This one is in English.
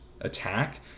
attack